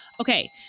Okay